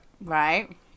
right